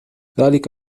ذلك